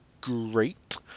great